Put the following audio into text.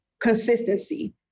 consistency